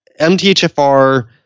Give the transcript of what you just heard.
MTHFR